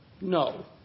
No